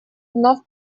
вновь